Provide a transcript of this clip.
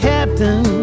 Captain